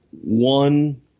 one